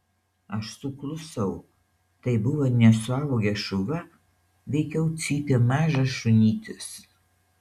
aš suklusau tai buvo ne suaugęs šuva veikiau cypė mažas šunytis